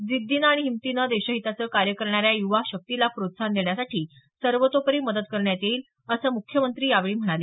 जिद्दीनं आणि हिंमतीनं देशहिताचं कार्य करणाऱ्या युवा शक्तीला प्रोत्साहन देण्यासाठी सर्वतोपरी मदत करण्यात येईल असं मुख्यमंत्री यावेळी म्हणाले